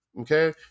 okay